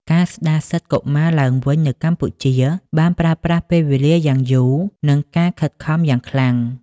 ការស្ដារសិទ្ធិកុមារឡើងវិញនៅកម្ពុជាបានប្រើប្រាស់ពេលវេលាយ៉ាងយូរ និងការខិតខំយ៉ាងខ្លាំង។